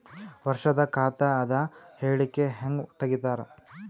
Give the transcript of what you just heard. ವರ್ಷದ ಖಾತ ಅದ ಹೇಳಿಕಿ ಹೆಂಗ ತೆಗಿತಾರ?